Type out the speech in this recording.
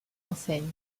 enseigne